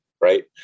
right